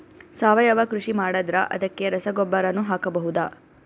ಸಾವಯವ ಕೃಷಿ ಮಾಡದ್ರ ಅದಕ್ಕೆ ರಸಗೊಬ್ಬರನು ಹಾಕಬಹುದಾ?